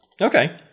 Okay